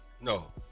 No